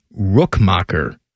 Rookmacher